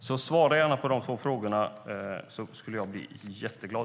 Om ministern ville svara på de två frågorna skulle jag bli jätteglad.